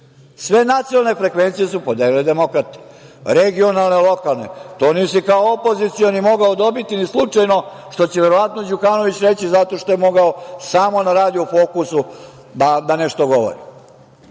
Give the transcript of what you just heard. Sve nacionalne frekvencije su podelile demokrate, regionalne, lokalne. To nisi kao opozicioni mogao dobiti ni slučajno, što će, verovatno, Đukanović reći zato što je mogao samo na radio Fokusu da nešto govori. Toliko